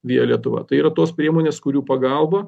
via lietuva tai yra tos priemonės kurių pagalba